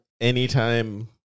Anytime